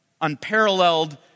unparalleled